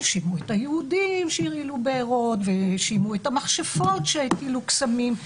האשימו את היהודים שהרעילו בארות והאשימו את המכשפות שהטילו קסמים.